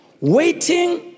waiting